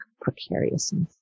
precariousness